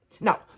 Now